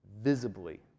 Visibly